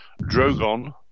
Drogon